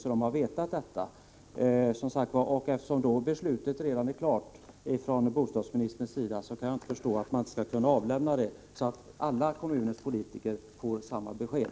När beslutet från bostadsministerns sida nu redan är klart kan jag inte förstå att man inte kan redovisa det, så att alla politiker i kommunen får samma besked.